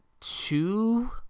two